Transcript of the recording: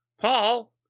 Paul